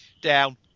Down